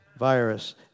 virus